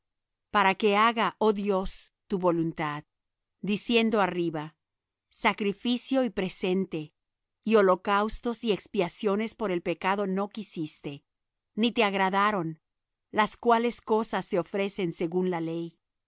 para que haga oh dios tu voluntad diciendo arriba sacrificio y presente y holocaustos y expiaciones por el pecado no quisiste ni te agradaron las cuales cosas se ofrecen según la ley entonces dijo heme aquí para que